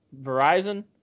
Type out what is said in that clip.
Verizon